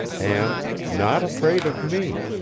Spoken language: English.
and not afraid of me.